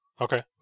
okay